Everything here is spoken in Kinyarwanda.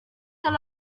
hari